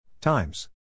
Times